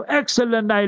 excellent